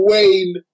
Wayne